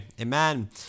Amen